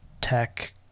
tech